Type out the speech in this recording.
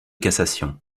cassation